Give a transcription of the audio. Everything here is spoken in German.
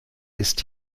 ist